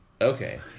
Okay